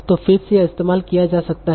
तो फिर से यह इस्तेमाल किया जा सकता है